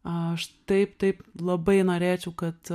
aš taip taip labai norėčiau kad